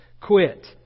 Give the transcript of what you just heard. quit